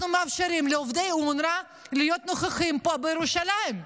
אנחנו מאפשרים לעובדי אונר"א להיות נוכחים פה בירושלים.